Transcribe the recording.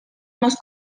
más